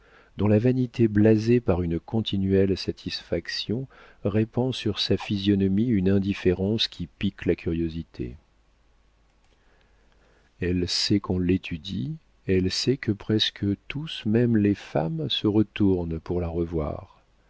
dont la vanité blasée par une continuelle satisfaction répand sur sa physionomie une indifférence qui pique la curiosité elle sait qu'on l'étudie elle sait que presque tous même les femmes se retournent pour la revoir